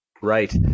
Right